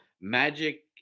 Magic